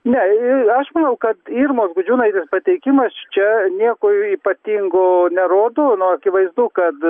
ne aš manau kad irmos gudžiūnaitės pateikimas čia nieko ypatingo nerodo nu akivaizdu kad